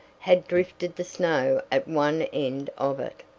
had drifted the snow at one end of it,